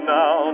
now